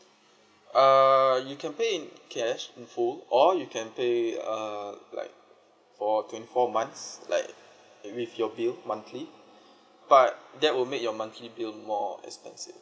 uh you can pay in cash in full or you can pay uh like for twenty four months like with your bill monthly but that will make your monthly bill more expensive